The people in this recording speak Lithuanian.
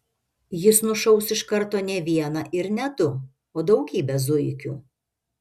jis nušaus iš karto ne vieną ir ne du o daugybę zuikių